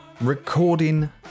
recording